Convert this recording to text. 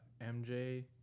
mj